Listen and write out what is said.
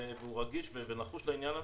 והוא רגיש ונחוש בעניין הזה.